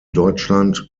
deutschland